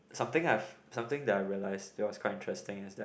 something I've something that I realise that was quite interesting is that